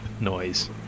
noise